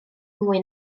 mwy